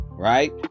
right